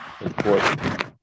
important